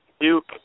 Duke